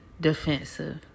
defensive